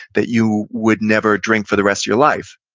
that you would never drink for the rest your life.